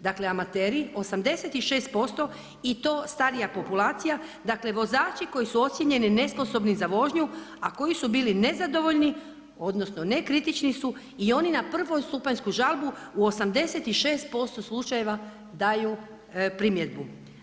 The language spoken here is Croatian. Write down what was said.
dakle, amateri, 86% i to starija populacija, dakle, vozači koji ocjenjeni nesposobni za vožnju, a koji su bili nezadovoljni, odnosno, nekritični su i oni na prvostupanjsku žalbu u 86% slučajeva daju primjedbu.